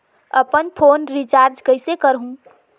अपन phone recharge कइसे करहु?